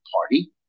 party